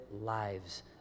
lives